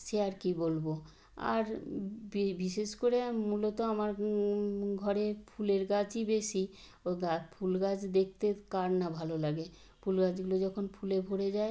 সে আর কী বলব আর বিশেষ করে মূলত আমার ঘরে ফুলের গাছই বেশি ও ফুল গাছ দেখতে কার না ভালো লাগে ফুল গাছগুলো যখন ফুলে ভরে যায়